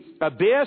abyss